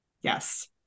Yes